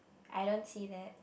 I don't see that